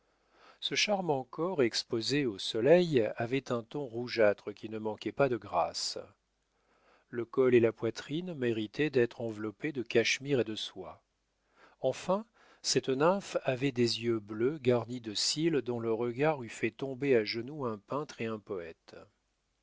ce charmant corps exposé au soleil avait un ton rougeâtre qui ne manquait pas de grâce le col et la poitrine méritaient d'être enveloppés de cachemire et de soie enfin cette nymphe avait des yeux bleus garnis de cils dont le regard eût fait tomber à genou un peintre et un poète